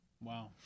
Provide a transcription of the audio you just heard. Wow